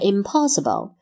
Impossible